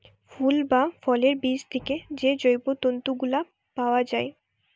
ফুল বা ফলের বীজ থিকে যে জৈব তন্তু গুলা পায়া যাচ্ছে